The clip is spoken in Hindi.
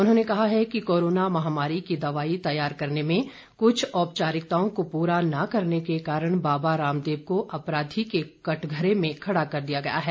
उन्होंने कहा है कि कोरोना महामारी की दवाइया तैयार करने में कुछ औपचारिकताओं को पूरा न करने के कारण बाबा रामदेव को अपराधी के कटघरे में खड़ा कर दिया गया है